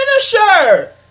finisher